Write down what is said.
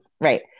Right